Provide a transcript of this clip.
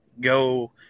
go